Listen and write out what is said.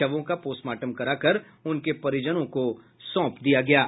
शवों का पोस्टमार्टम कराकर उनके परिजनों को सौंप दिया गया है